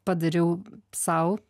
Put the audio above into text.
padariau sau